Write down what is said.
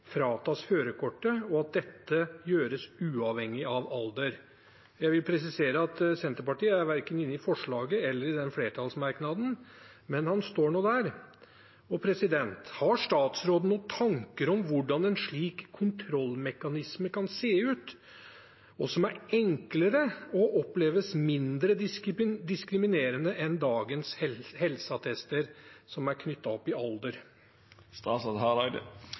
fratas førerkortet, og at dette gjøres uavhengig av alder.» Jeg vil presisere at Senterpartiet verken er inne i forslaget eller i den flertallsmerknaden, men den står nå der. Har statsråden noen tanker om hvordan en slik kontrollmekanisme kan se ut, og som er enklere og oppleves mindre diskriminerende enn dagens helseattester, som er knyttet til alder?